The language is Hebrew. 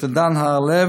דוקטור דן הרלב,